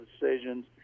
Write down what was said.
decisions